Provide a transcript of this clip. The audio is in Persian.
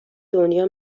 دنیا